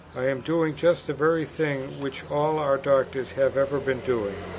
i am doing just the very thing which all our doctors have ever been doing.